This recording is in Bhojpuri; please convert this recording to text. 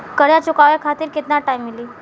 कर्जा चुकावे खातिर केतना टाइम मिली?